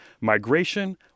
migration